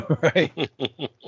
right